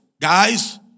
guys